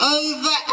over